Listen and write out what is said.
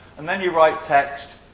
and then you write text